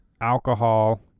alcohol